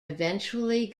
eventually